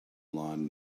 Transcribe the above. lawn